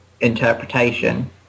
interpretation